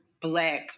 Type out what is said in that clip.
Black